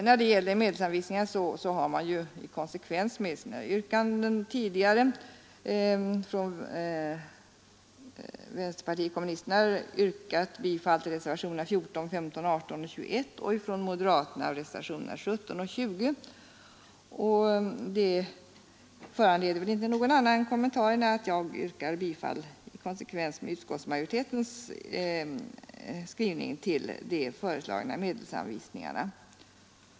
När det gäller medelsanvisningar har i konsekvens med sina tidigare yrkanden vänsterpartiet kommunisterna yrkat bifall till reservationerna 14, 15, 18 och 21; och moderaterna till reservationerna 17 och 20. Detta föranleder inte någon annan kommentar än att jag yrkar bifall till de av utskottsmajoriteten föreslagna medelsanvisningarna.